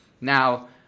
Now